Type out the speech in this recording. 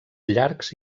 llargs